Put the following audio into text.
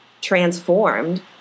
transformed